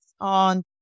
on